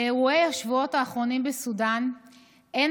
לאירועי השבועות האחרונים בסודאן אין